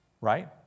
Right